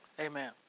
Amen